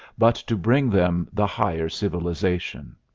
but to bring them the higher civilization.